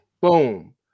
Boom